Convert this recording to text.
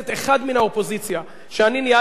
שאני ניהלתי את הישיבה הזאת שלא בהגינות,